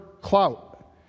clout